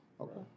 Okay